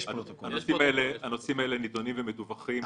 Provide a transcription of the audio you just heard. הנושאים האלה נידונים ומדווחים.